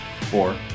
Four